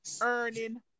earning